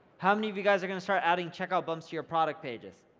how many of you guys are gonna start adding checkout bumps to your product pages?